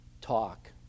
talk